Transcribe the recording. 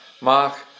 Mark